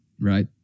Right